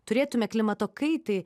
turėtume klimato kaitai